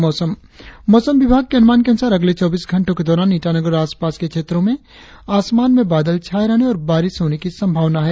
और अब मौसम मौसम विभाग के अनुमान के अनुसार अगले चौबीस घंटो के दौरान ईटानगर और आसपास के क्षेत्रो में आसमान में बादल छाये रहने और बारिस होने की संभावना है